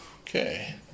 Okay